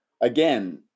again